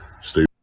stay